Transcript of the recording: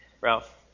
Ralph